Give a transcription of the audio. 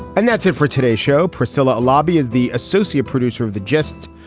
and that's it for today's show, priscilla lobby is the associate producer of the gist.